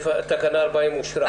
תקנה 40 אושרה.